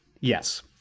Yes